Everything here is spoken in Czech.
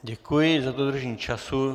Děkuji za dodržení času.